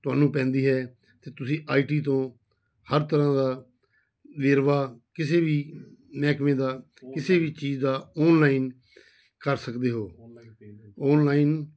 ਤੁਹਾਨੂੰ ਪੈਂਦੀ ਹੈ ਤਾਂ ਤੁਸੀਂ ਆਈ ਟੀ ਤੋਂ ਹਰ ਤਰ੍ਹਾਂ ਦਾ ਵੇਰਵਾ ਕਿਸੇ ਵੀ ਮਹਿਕਮੇ ਦਾ ਕਿਸੇ ਵੀ ਚੀਜ਼ ਦਾ ਔਨਲਾਈਨ ਕਰ ਸਕਦੇ ਹੋ ਔਨਲਾਈਨ